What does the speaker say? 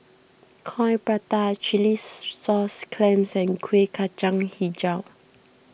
Coin Prata Chilli Sauce Clams and Kueh Kacang HiJau